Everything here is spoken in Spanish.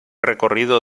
recorrido